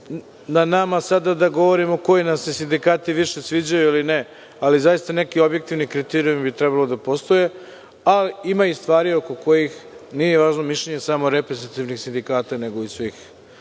na nama da govorimo koji nam se sindikati više sviđaju ili ne, ali zaista neki objektivni kriterijumi bi trebalo da postoje, a ima i stvari oko kojih nije važno mišljenje samo reprezentativnih sindikata, nego i svih